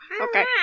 Okay